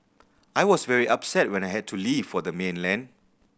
I was very upset when I had to leave for the mainland